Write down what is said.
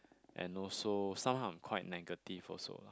and also somehow I'm quite negative also